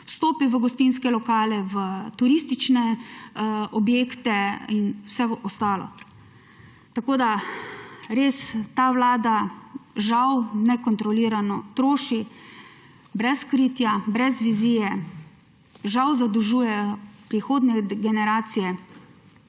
vstopi v gostinske lokale, v turistične objekte in vse ostalo. Ta vlada žal nekontrolirano troši brez kritja, brez vizije, žal zadolžujejo prihodnje generacije